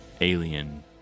alien